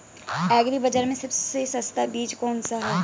Agree बाज़ार में सबसे सस्ता बीज कौनसा है?